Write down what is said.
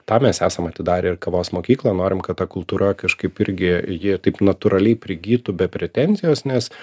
tam mes esam atidarę ir kavos mokyklą norim kad ta kultūra kažkaip irgi ji taip natūraliai prigytų be pretenzijos nes